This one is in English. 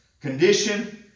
condition